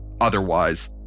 otherwise